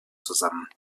zusammen